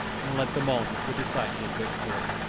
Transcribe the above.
and led them on to a decisive victory.